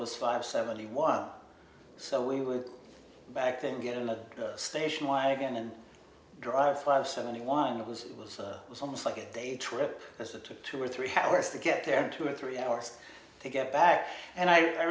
was five seventy one so we were back then get another station wagon and drive five seventy wind it was was almost like a day trip as it took two or three hours to get there two or three hours to get back and i